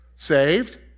Saved